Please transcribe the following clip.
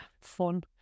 fun